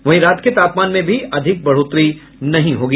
वहीं रात के तापमान में भी अधिक बढ़ोतरी नहीं होगी